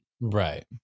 right